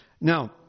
Now